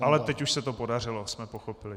Ale teď už se to podařilo, jsme pochopili.